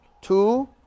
Two